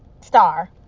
Star